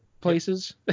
places